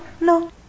No